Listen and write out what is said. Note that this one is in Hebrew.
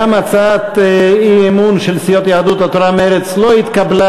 גם הצעת האי-אמון של סיעות יהדות התורה ומרצ לא התקבלה,